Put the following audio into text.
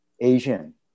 Asian